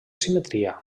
simetria